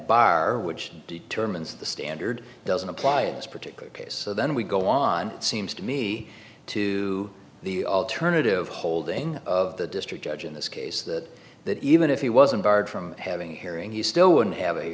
bar which determines the standard doesn't apply in this particular case so then we go on it seems to me to the alternative holding of the district judge in this case that that even if he wasn't barred from having hearing he still wouldn't have a